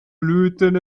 blüten